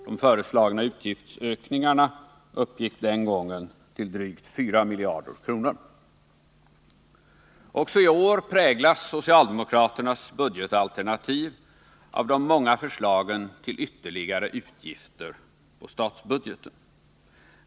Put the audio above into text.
De föreslagna utgiftsökningarna uppgick den gången till Också i år präglas socialdemokraternas budgetalternativ av de många förslagen till ytterligare utgifter på statsbudgeten.